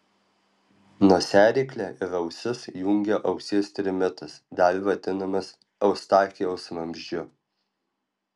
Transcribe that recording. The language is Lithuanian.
nosiaryklę ir ausis jungia ausies trimitas dar vadinamas eustachijaus vamzdžiu